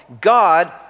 God